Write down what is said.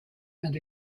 and